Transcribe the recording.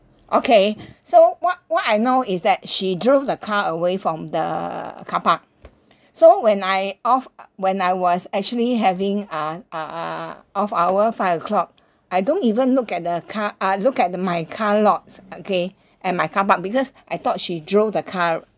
okay so what what I know is that she drove the car away from the car park so when I off uh when I was actually having uh uh uh off hour five o'clock I don't even look at the car uh look at the my car lots okay and my car park because I thought she drove the car